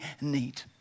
need